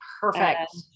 perfect